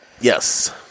Yes